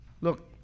Look